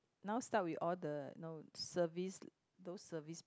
now start with all the no service those service